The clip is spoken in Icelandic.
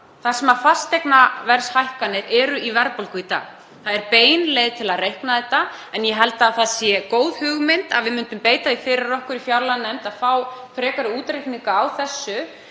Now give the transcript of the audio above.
það sem fasteignaverðshækkanir eru í verðbólgu í dag. Það er bein leið til að reikna þetta. En ég held að það sé góð hugmynd að við beitum okkur fyrir því í fjárlaganefnd að fá frekari útreikninga á þessu